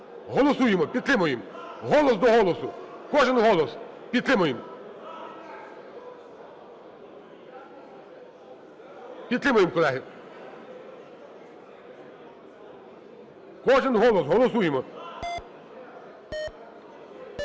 Голосуємо. Підтримуємо. Голос до голосу, кожен голос. Підтримуємо. Підтримуємо, колеги. Кожен голос, голосуємо.